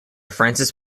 francis